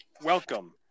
Welcome